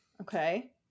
Okay